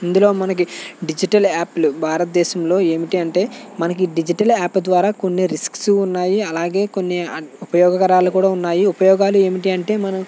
ఇందులో మనకి డిజిటల్ యాప్లు భారతదేశంలో ఏమిటి అంటే మనకి డిజిటల్ యాప్ ద్వారా కొన్ని రిస్క్స్ ఉన్నాయి అలాగే కొన్ని ఉపయోగకరాలు కూడా ఉన్నాయి ఉపయోగాలు ఏమిటి అంటే మనం